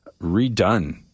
Redone